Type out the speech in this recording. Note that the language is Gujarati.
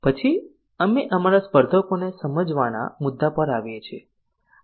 પછી અમે અમારા સ્પર્ધકોને સમજવાના મુદ્દા પર આવીએ છીએ